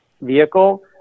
vehicle